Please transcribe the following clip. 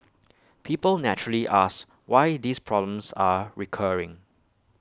people naturally ask why these problems are recurring